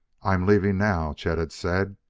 i'm leaving now! chet had said,